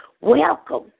Welcome